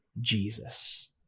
Jesus